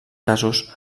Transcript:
casos